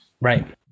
right